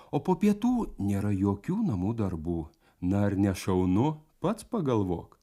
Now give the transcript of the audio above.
o po pietų nėra jokių namų darbų na ar ne šaunu pats pagalvok